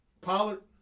Pollard